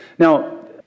Now